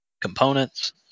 components